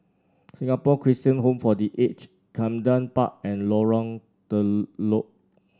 Singapore Christian Home for The Aged Camden Park and Lorong Telok